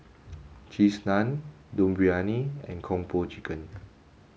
cheese naan Dum Briyani and Kung Po Chicken